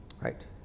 Right